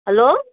hello